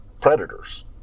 Predators